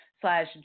slash